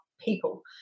people